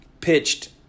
pitched